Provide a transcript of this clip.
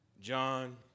John